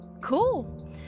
cool